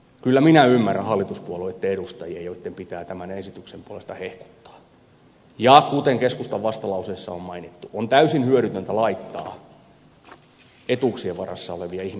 kyllä minä ymmärrän hallituspuolueitten edustajia joitten pitää tämän esityksen puolesta hehkuttaa ja kuten keskustan vastalauseessa on mainittu on täysin hyödytöntä laittaa etuuksien varassa olevia ihmisiä vastakkain